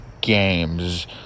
games